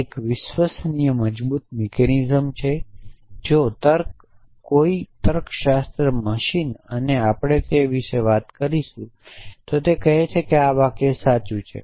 તે એક વિશ્વસનીય મજબૂત મિકેનિઝમ છે જો તર્ક જો કોઈ તર્કશાસ્ત્ર મશીન અને આપણે તે વિશે વાત કરીશું તો કહે છે કે આ વાક્ય સાચું છે